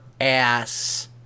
ass